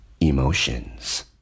emotions